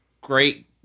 great